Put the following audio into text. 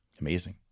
Amazing